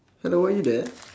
hello are you there